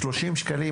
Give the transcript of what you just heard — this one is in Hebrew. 30 שקלים,